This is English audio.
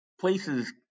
places